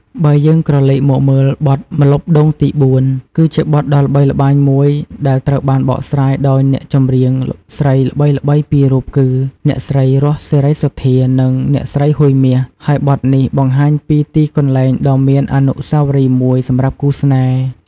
បើយើងក្រឡេកមកមើលបទ ម្លប់ដូងទីបួន គឺជាបទដ៏ល្បីល្បាញមួយដែលត្រូវបានបកស្រាយដោយអ្នកចម្រៀងស្រីល្បីៗពីររូបគឺ អ្នកស្រី រស់ សេរីសុទ្ធា និង អ្នកស្រី ហ៊ុយ មាស ហើយបទនេះបង្ហាញពីទីកន្លែងដ៏មានអនុស្សាវរីយ៍មួយសម្រាប់គូស្នេហ៍។